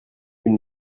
une